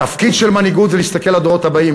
התפקיד של מנהיגות זה להסתכל לדורות הבאים.